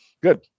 Good